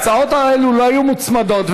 ההצעות האלו לא היו מוצמדות,